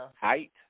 height